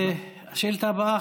השאילתה הבאה,